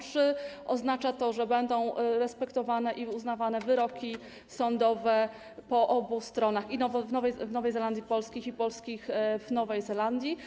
Czy oznacza to, że będą respektowane i uznawane wyroki sądowe po obu stronach: w Nowej Zelandii polskich i polskich w Nowej Zelandii?